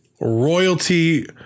royalty